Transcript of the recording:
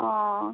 ও